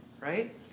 right